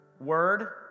Word